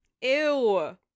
Ew